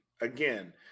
again